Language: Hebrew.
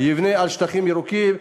יבנה על שטחים ירוקים,